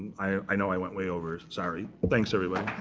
i know i went way over. sorry. thanks, everyone.